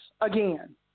again